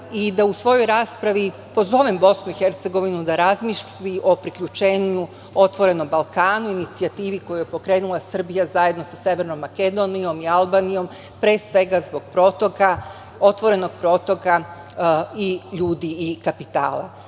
i da u svojoj raspravi pozovem BiH da razmisli o priključenju otvorenom Balkanu, inicijativi koju je pokrenula Srbija zajedno sa Severnom Makedonijom i Albanijom pre svega zbog protoka, otvorenog protoka i ljudi i kapitala. Zaista